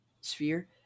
sphere